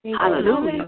Hallelujah